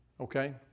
Okay